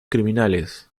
criminales